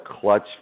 clutch